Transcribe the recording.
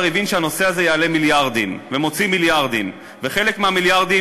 הבין שפתרון הבעיה הכל-כך קשה של מחירי הדיור,